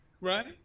right